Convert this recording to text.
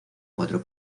cuatro